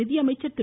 நிதியமைச்சர் திரு